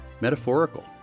metaphorical